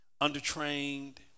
under-trained